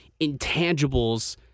intangibles